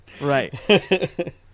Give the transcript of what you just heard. Right